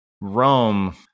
Rome